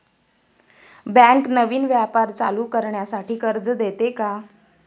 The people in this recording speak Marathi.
बँक नवीन व्यापार चालू करण्यासाठी कर्ज देते का?